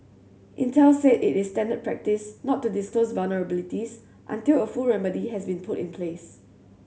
Intel said it is standard practice not to disclose vulnerabilities until a full remedy has been put in place